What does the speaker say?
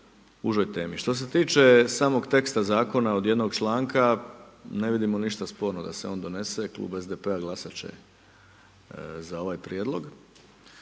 užoj temi. Što se tiče samog teksta zakona od jednog članka ne vidimo ništa sporno da se on donese. Klub SDP-a glasat će za ovaj prijedlog,